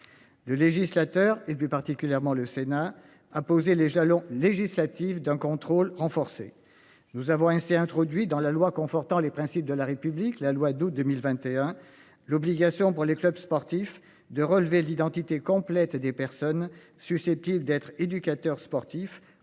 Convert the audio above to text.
Le législateur et plus particulièrement le Sénat a posé les jalons législatifs, d'un contrôle renforcé. Nous avons un s'est introduit dans la loi confortant les principes de la République, la loi d'août 2021 l'obligation pour les clubs sportifs de relever l'identité complète des personnes susceptibles d'être éducateur sportif